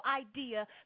idea